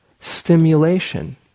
stimulation